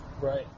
Right